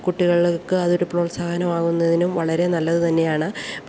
കുട്ടികൾക്ക് അതൊരു പ്രോത്സാഹനമാകുന്നതിനും വളരെ നല്ലതുതന്നെയാണ് പക്ഷേ